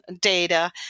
data